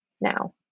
now